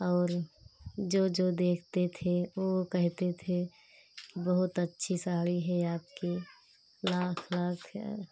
और जो जो देखते थे वे वे कहते थे बहुत अच्छी साड़ी है आपकी